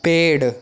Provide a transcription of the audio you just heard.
पेड़